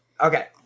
Okay